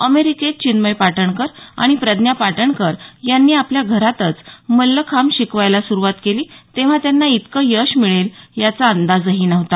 अमेरिकेत चिन्मय पाटणकर आणि प्रज्ञा पाटणकर यांनी आपल्या घरातच मल्लखांब शिकवायला सुरूवात केली तेव्हा त्यांना इतकं यश मिळेल याचा अंदाजही नव्हता